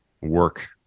work